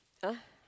!huh!